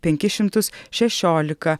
penkis šimtus šešiolika